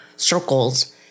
circles